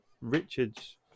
Richards